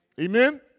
Amen